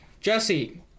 Jesse